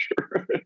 sure